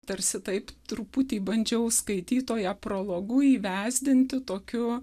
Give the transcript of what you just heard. tarsi taip truputį bandžiau skaitytoją prologu įvesdinti tokiu